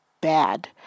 bad